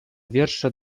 wiersze